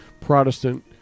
Protestant